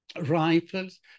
rifles